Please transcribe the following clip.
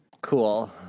Cool